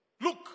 Look